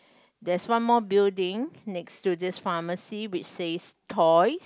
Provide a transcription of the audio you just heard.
there's one more building next to this pharmacy which says toys